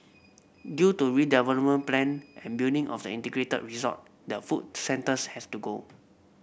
due to redevelopment plan and building of the integrated resort the food centres has to go